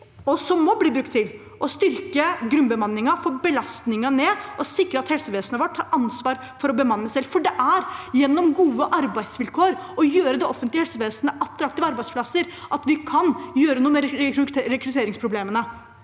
og som må bli brukt til, å styrke grunnbemanningen, få belastningen ned og sikre at helsevesenet vårt har ansvaret for å bemanne selv. Det er gjennom gode arbeidsvilkår og å gjøre jobbene i det offentlige helsevesenet til attraktive arbeidsplasser at vi kan gjøre noe med rekrutteringsproblemene.